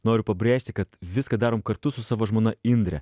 noriu pabrėžti kad viską darom kartu su savo žmona indre